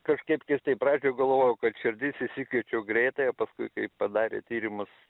kažkaip keistai pradžioj galvojau kad širdis išsikviečiau greitąją paskui kai padarė tyrimus